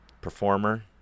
performer